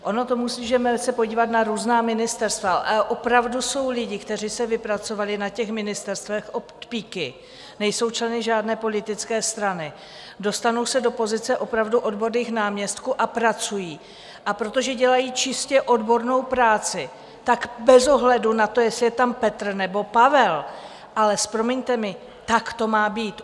Ono se můžeme podívat na různá ministerstva a opravdu jsou lidi, kteří se vypracovali na těch ministerstvech od píky, nejsou členy žádné politické strany, dostanou se do pozice opravdu odborných náměstků a pracují, protože dělají čistě odbornou práci bez ohledu na to, jestli je tam Petr nebo Pavel ale promiňte mi, tak to má být.